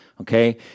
Okay